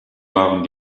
waren